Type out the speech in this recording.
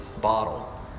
bottle